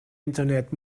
internet